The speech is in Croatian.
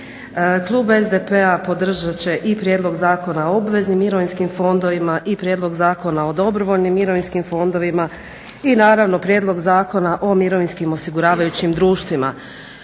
Klub SDP-a podržat će i Prijedlog Zakona o obveznim mirovinskim fondovima i Prijedlog Zakona o dobrovoljnim mirovinskim fondovima i naravno Prijedlog Zakona o mirovinskim osiguravajućim društvima.